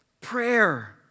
prayer